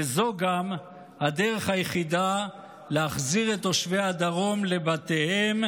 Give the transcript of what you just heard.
וזו גם הדרך היחידה להחזיר את תושבי הדרום לבתיהם,